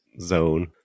zone